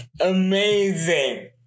amazing